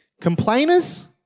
Complainers